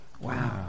Wow